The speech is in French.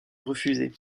refusé